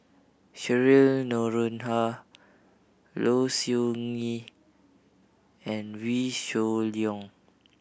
Cheryl Noronha Low Siew Nghee and Wee Shoo Leong